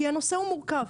כי הנושא הוא מורכב,